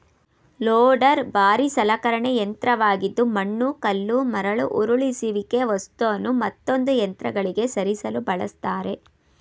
loader ಭಾರೀ ಸಲಕರಣೆ ಯಂತ್ರವಾಗಿದ್ದು ಮಣ್ಣು ಕಲ್ಲು ಮರಳು ಉರುಳಿಸುವಿಕೆ ವಸ್ತುನು ಮತ್ತೊಂದು ಯಂತ್ರಗಳಿಗೆ ಸರಿಸಲು ಬಳಸ್ತರೆ